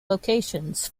locations